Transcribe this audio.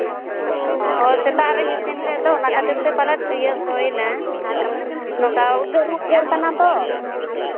ᱦᱳᱭ ᱥᱮᱛᱟᱜ ᱨᱤᱧ ᱤᱥᱤᱱ ᱞᱮᱫ ᱫᱚ ᱚᱱᱟ ᱠᱷᱟᱹᱛᱤᱨ ᱛᱮ ᱯᱟᱞᱮᱫ ᱥᱚᱭᱮᱱᱟ ᱱᱚᱝᱠᱟ ᱩᱫᱽᱜᱟᱹᱨ ᱦᱚᱸ ᱩᱫᱽᱜᱟᱹᱨ ᱠᱟᱱᱟ ᱛᱚ